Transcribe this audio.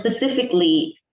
specifically